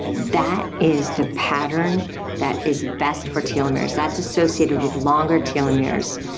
that is the pattern that is best for telomeres, that's associated with longer telomeres,